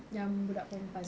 yang budak perempuan